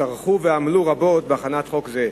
שטרחו ועמלו רבות בהכנת חוק זה.